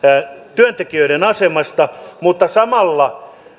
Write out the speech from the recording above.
työntekijöiden asemasta mutta samalla